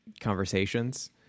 conversations